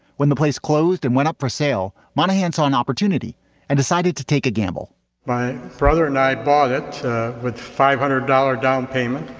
when the place closed and went up for sale. monahan's saw an opportunity and decided to take a gamble my brother and i bought it with five hundred dollar down payment.